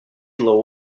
low